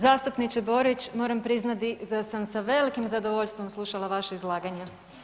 Zastupniče Borić moram priznati da sam sa velikim zadovoljstvom slušala vaše izlaganje.